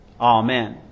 Amen